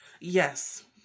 Yes